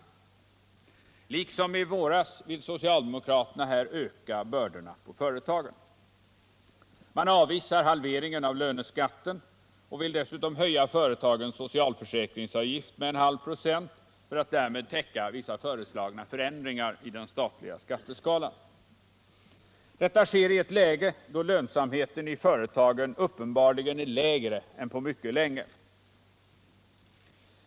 Liksom i våras vill socialdemokraterna här öka bördorna på företagen. Man avvisar halveringen av löneskatten och vill dessutom höja företagens socialförsäkringsavgift med en halv procent för att därmed täcka vissa föreslagna förändringar i den statliga skatteskalan. Detta sker i ett läge då lönsamheten i företagen uppenbarligen är lägre än på mycket länge.